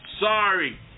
sorry